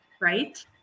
Right